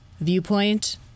viewpoint